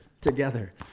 together